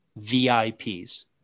VIPs